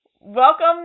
welcome